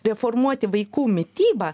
reformuoti vaikų mitybą